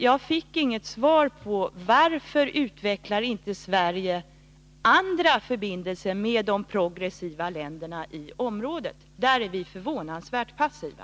Jag fick inget svar på frågan varför Sverige inte utvecklar andra förbindelser med de progressiva länderna i området. Där är vi förvånansvärt passiva.